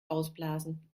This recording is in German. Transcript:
ausblasen